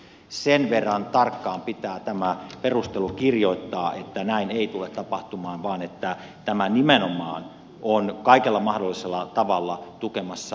sen verran tarkkaan pitää tämä perustelu kirjoittaa että näin ei tule tapahtumaan vaan että tämä nimenomaan on kaikella mahdollisella tavalla tukemassa